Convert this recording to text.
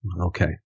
Okay